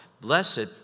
Blessed